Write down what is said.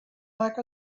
like